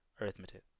arithmetic